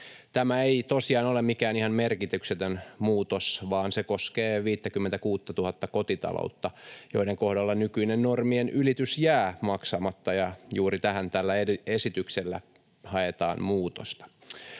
Tämä ei tosiaan ole mikään ihan merkityksetön muutos, vaan se koskee 56 000:ta kotitaloutta, joiden kohdalla nykyinen normien ylitys jää maksamatta, ja juuri tähän tällä esityksellä haetaan muutosta.